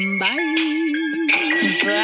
Bye